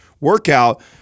workout